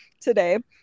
today